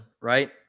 right